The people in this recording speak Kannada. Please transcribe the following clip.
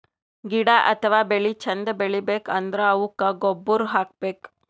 ಗಿಡ ಅಥವಾ ಬೆಳಿ ಚಂದ್ ಬೆಳಿಬೇಕ್ ಅಂದ್ರ ಅವುಕ್ಕ್ ಗೊಬ್ಬುರ್ ಹಾಕ್ಬೇಕ್